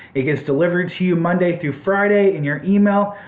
it gets delivered to you monday through friday in your email.